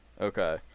Okay